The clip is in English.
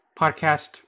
podcast